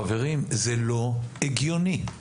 חברים, זה לא הגיוני.